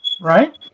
right